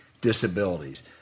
disabilities